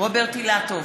רוברט אילטוב,